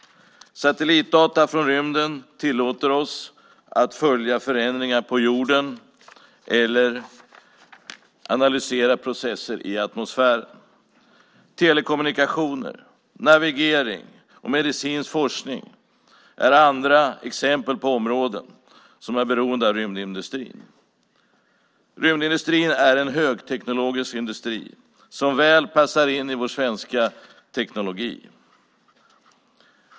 Satellitdata från rymden tillåter oss att följa förändringar på jorden eller analysera processer i atmosfären. Telekommunikationer, navigering och medicinsk forskning är andra exempel på områden som är beroende av rymdindustrin. Rymdindustrin är en högteknologisk industri som väl passar in i vår svenska teknologi.